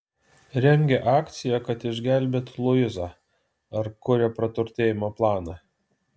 rengia akciją kad išgelbėtų luizą ar kuria praturtėjimo planą